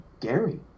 Gary